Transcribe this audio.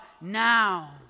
now